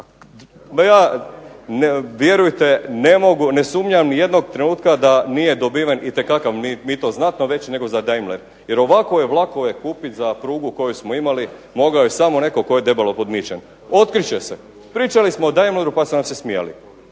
Vjerujte, ne sumnjam nijednog trenutka da nije dobiven itekakav mito znatno veći nego za Daimler jer ovakove vlakove kupit za prugu koju smo imali mogao je samo netko tko je debelo podmićen. Otkrit će se. Pričali smo o Daimleru pa su nam se smijali.